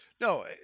No